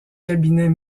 cabinets